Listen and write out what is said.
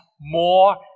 more